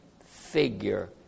figure